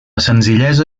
senzillesa